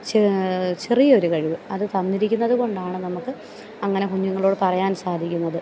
ചെറിയൊരു കഴിവ് അത് തന്നിരിക്കുന്നത് കൊണ്ടാണ് നമുക്ക് അങ്ങനെ കുഞ്ഞുങ്ങളോട് പറയാൻ സാധിക്കുന്നത്